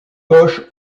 gauche